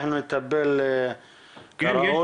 אנחנו נטפל כראוי.